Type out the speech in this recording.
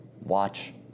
Watch